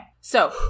so-